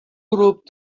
grup